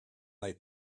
they